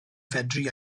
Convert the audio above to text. fedru